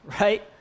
right